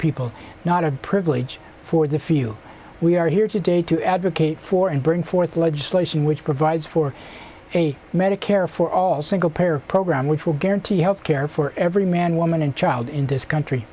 people not a privilege for the few we are here today to advocate for and bring forth legislation which provides for a medicare for all single payer program which will guarantee health care for every man woman and child in this country